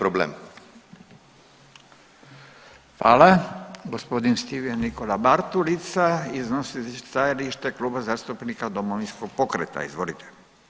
Gospodin Stephen Nikola Bartulica iznosi stajalište Kluba zastupnika Domovinskog pokreta, izvolite.